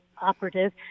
operative